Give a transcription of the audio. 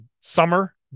summer